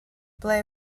ble